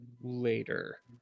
later